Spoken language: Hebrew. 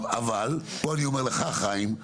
אבל, פה אני אומר לך, חיים,